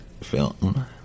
film